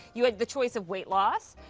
you had the choice of weight loss,